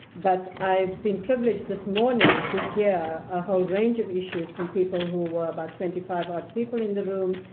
but i've been privileged this morning to hear a whole range of issues from people, who were about twenty five odd people in the room,